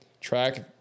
track